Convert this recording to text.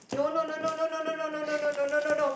no no no no no no no no no no no no